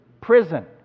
Prison